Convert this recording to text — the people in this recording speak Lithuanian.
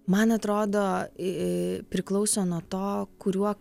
man atrodo ii priklauso nuo to kuriuo